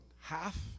half